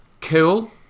cool